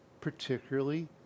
particularly